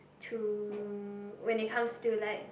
to when it comes to like